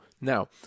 Now